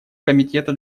комитета